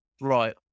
right